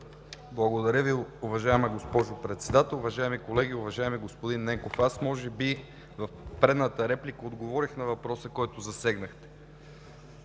Благодаря Ви, уважаема госпожо Председател. Уважаеми колеги! Уважаеми господин Ненков, аз може би в предната реплика отговорих на въпроса, който засегнахте.